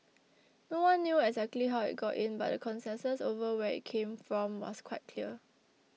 no one knew exactly how it got in but the consensus over where it came from was quite clear